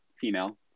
female